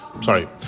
Sorry